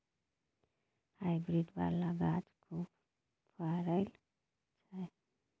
hybrid बला गाछ खूब फरइ छै